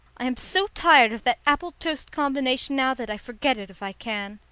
i am so tired of that apple-toast combination now that i forget it if i can.